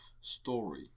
story